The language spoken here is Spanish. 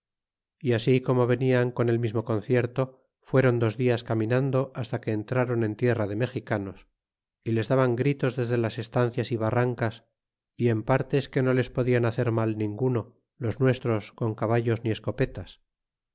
y así como venian con el mismo concierto fueron dos dias caminando hasta que entrron en tierra de mexicanos y les daban gritos desde las estancias y barrancas y en partes que no les podian hacer mal ninguno los nuestros con caballos ni escopetas